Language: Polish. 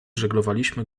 żeglowaliśmy